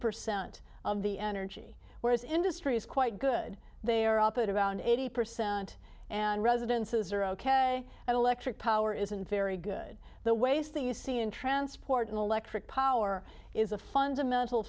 percent of the energy whereas industry is quite good they are up at around eighty percent and residences are ok and electric power isn't very good the waste that you see in transport and electric power is a fundamental